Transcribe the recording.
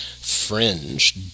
Fringe